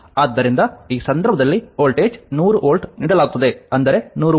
ಆದ್ದರಿಂದ ಈ ಸಂದರ್ಭದಲ್ಲಿ ವೋಲ್ಟೇಜ್ 100 ವೋಲ್ಟ್ ನೀಡಲಾಗುತ್ತದೆ ಅಂದರೆ 100 ವೋಲ್ಟ್